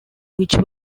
which